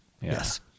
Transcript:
Yes